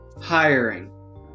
hiring